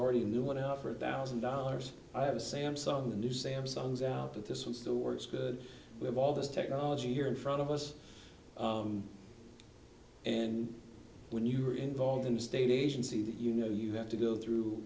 already a new one out for a thousand dollars i have a samsung the new samsung is out that this was the words good we have all this technology here in front of us and when you are involved in a state agency that you know you have to go through